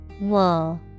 Wool